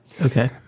Okay